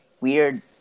weird